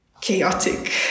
chaotic